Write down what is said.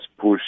push